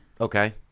Okay